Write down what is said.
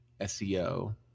seo